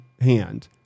hand